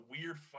weird